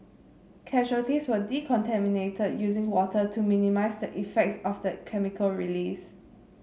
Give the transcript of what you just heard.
casualties were decontaminated using water to minimise the effects of the chemical release